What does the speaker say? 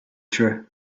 true